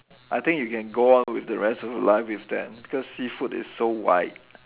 I think you can go on with the rest of your life with that because seafood is so wide